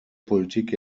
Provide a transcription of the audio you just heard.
politik